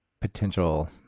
potential